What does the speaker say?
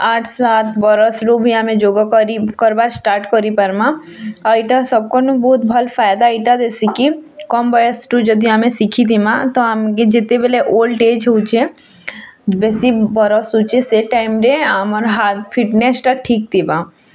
ଆଠ୍ ସାତ୍ ବରଷ୍ବରୁ ବି ଆମେ ଯୋଗକରି କରିବାର୍ ଷ୍ଟାର୍ଟ୍ କରିପାରମା ଆଉ ଏଇଟା ସବ୍ କୋନୁ ବହୁତ୍ ଭଲ୍ ଫାଏଦା ଏଇଟା ଦେଶିକି କମ୍ ବୟସ୍ରୁ ଯଦି ଆମେ ଶିଖିଥିମା ତ ଆମ୍କେ ଯେତେବେଲେ ଓଲ୍ଡ୍ ଏଜ୍ ହୋଉଛେ ବେଶି ବରଷ୍ ହୋଉଛେ ସେ ଟାଇମ୍ରେ ଆମର୍ ହାର୍ଟ୍ ଫିଟନେସ୍ଟା ଠିକ୍ ଥିବା